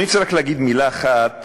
אני רק רוצה לומר מילה אחת